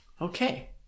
Okay